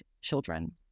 children